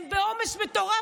הם בעומס מטורף.